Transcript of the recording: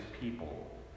people